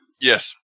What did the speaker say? Yes